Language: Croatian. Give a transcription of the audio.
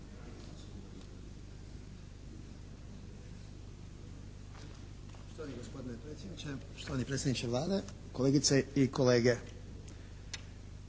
štovani predsjedniče Vlade, kolegice i kolege!